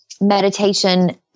meditation